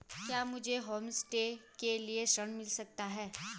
क्या मुझे होमस्टे के लिए ऋण मिल सकता है?